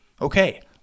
Okay